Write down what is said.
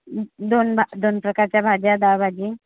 दोन भा दोन प्रकारच्या भाज्या डाळभाजी